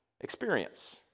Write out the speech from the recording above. experience